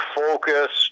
focus